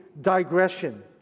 digression